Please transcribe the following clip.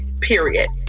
period